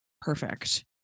perfect